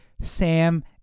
Sam